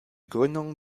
gründung